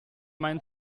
meinen